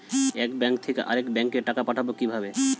এক ব্যাংক থেকে আরেক ব্যাংকে টাকা পাঠাবো কিভাবে?